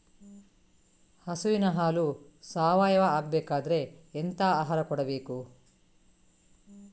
ಹಸುವಿನ ಹಾಲು ಸಾವಯಾವ ಆಗ್ಬೇಕಾದ್ರೆ ಎಂತ ಆಹಾರ ಕೊಡಬೇಕು?